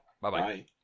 Bye-bye